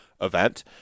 event